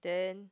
then